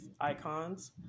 icons